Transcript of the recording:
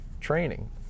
training